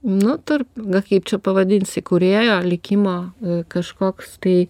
nu tarp kaip čia pavadinsi kūrėjo likimo kažkoks tai